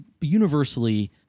universally